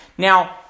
Now